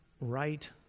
right